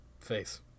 face